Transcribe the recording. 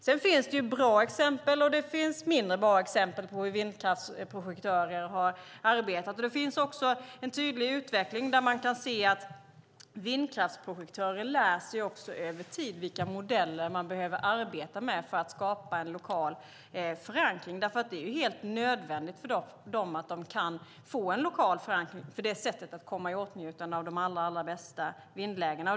Sedan finns det bra exempel och mindre bra exempel på hur vindkraftsprojektörer har arbetat. Det finns också en tydlig utveckling där man kan se att vindkraftsprojektörer lär sig över tid vilka modeller de behöver arbeta med för att skapa en lokal förankring. Det är helt nödvändigt för dem att de kan få en lokal förankring, för på det sättet kan de komma i åtnjutande av de allra bästa vindlägena.